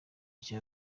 cya